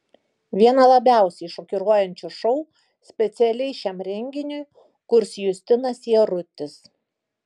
vieną labiausiai šokiruojančių šou specialiai šiam renginiui kurs justinas jarutis